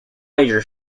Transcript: major